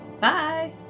Bye